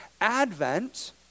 Advent